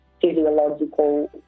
physiological